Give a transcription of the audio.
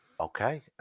Okay